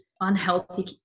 unhealthy